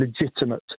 legitimate